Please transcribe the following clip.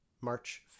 March